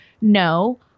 No